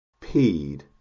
peed